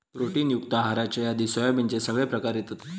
protein युक्त आहाराच्या यादीत सोयाबीनचे सगळे प्रकार येतत